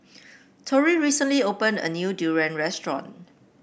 Torie recently opened a new durian restaurant